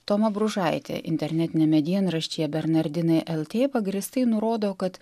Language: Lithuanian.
toma bružaitė internetiniame dienraštyje bernardinai lt pagrįstai nurodo kad